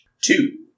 Two